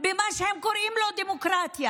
במה שהם קוראים לו דמוקרטיה,